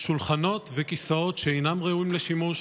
שולחנות וכיסאות שאינם ראויים לשימוש